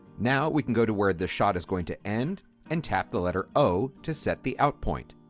now we can go to where the shot is going to end and tap the letter o to set the out point.